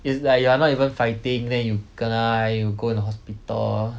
it's like you are not even fighting then you kena then you go into hospital